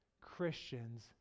Christians